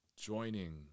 joining